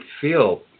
feel